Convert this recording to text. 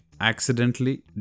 accidentally